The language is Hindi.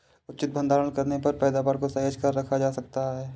उचित भंडारण करने पर पैदावार को सहेज कर रखा जा सकता है